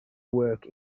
work